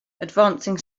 advancing